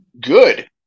good